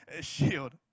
shield